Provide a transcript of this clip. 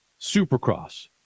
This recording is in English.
Supercross